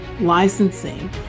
Licensing